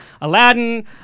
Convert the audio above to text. Aladdin